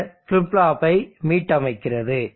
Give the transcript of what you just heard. பின்னர் ஃபிளிப் ஃப்ளாப்பை மீட்டமைக்கிறது